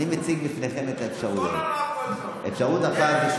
אני מציג בפניכם את האפשרויות: אפשרות אחת,